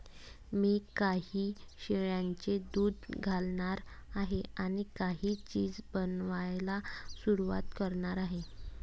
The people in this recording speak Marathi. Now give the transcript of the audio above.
मी काही शेळ्यांचे दूध घालणार आहे आणि काही चीज बनवायला सुरुवात करणार आहे